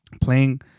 playing